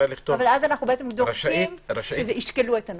אבל אז אנחנו דורשים שישקלו את הנושא.